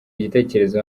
igitekerezo